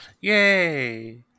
yay